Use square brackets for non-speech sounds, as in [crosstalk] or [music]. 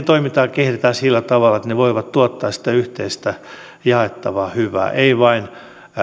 [unintelligible] toimintaa kehitetään jatkuvasti sillä tavalla että ne voivat tuottaa sitä yhteistä jaettavaa hyvää ei vain